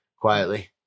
quietly